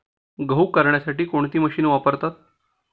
गहू करण्यासाठी कोणती मशीन वापरतात?